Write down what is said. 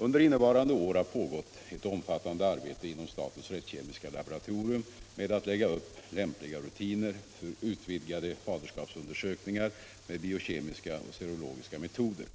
Under innevarande år har pågått ett omfattande arbete inom statens rättskemiska laboratorium med att lägga upp lämpliga rutiner för utvidgade faderskapsundersökningar med biokemiska och serologiska metoder.